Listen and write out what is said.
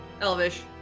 Elvish